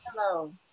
Hello